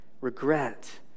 regret